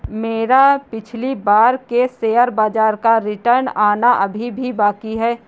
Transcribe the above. मेरा पिछली बार के शेयर बाजार का रिटर्न आना अभी भी बाकी है